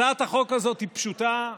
הצעת החוק הזאת היא פשוטה.